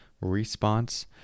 response